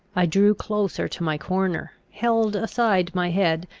i drew closer to my corner, held aside my head,